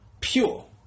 pure